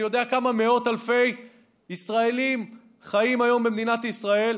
אני יודע כמה מאות אלפי ישראלים חיים היום במדינת ישראל,